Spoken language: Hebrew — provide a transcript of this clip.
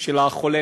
של חולי